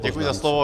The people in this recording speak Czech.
Děkuji za slovo.